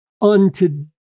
unto